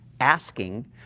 asking